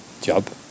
job